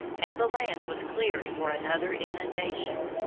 and the land was cleared for another inundation.